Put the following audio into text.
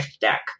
deck